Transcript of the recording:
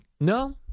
No